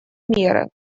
меры